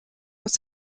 aus